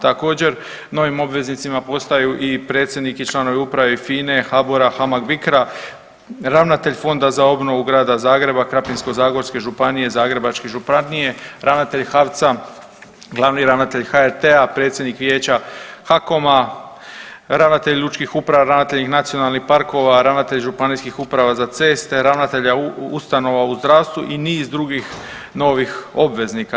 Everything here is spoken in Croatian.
Također novim obveznicima postaju i predsjednik i članovi uprave FINA-e, HBOR-a, HAMAG-BICRO-a, ravnatelj Fonda za obnovu Grada Zagreba, Krapinsko-zagorske županije, Zagrebačke županije, ravnatelj HAVC-a, glavni ravnatelj HRT-a, predsjednik Vijeća HAKOM-a, ravnatelji lučkih uprava, ravnatelji nacionalnih parkova, ravnatelji županijskih uprava za ceste, ravnatelja ustanova u zdravstvu i niz drugih novih obveznika.